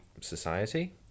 society